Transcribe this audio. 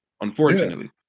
unfortunately